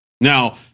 Now